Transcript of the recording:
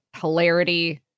hilarity